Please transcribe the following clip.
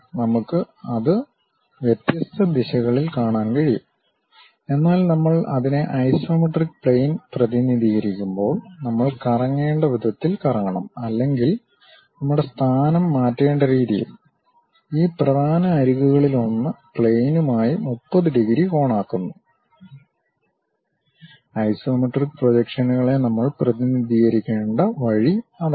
നമുക്ക് അത് വ്യത്യസ്ത ദിശകളിൽ കാണാൻ കഴിയും എന്നാൽ നമ്മൾ അതിനെ ഐസോമെട്രിക് പ്ലെയിൻ പ്രതിനിധീകരിക്കുമ്പോൾ നമ്മൾ കറങ്ങേണ്ട വിധത്തിൽ കറങ്ങണം അല്ലെങ്കിൽ നമ്മുടെ സ്ഥാനം മാറ്റേണ്ട രീതിയിൽ ഈ പ്രധാന അരികുകളിലൊന്ന് പ്ലെയിനുമായി 30 ഡിഗ്രി കോണാക്കുന്നു ഐസോമെട്രിക് പ്രൊജക്ഷനുകളെ നമ്മൾ പ്രതിനിധീകരിക്കേണ്ട വഴി അതാണ്